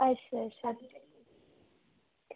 अच्छा अच्छा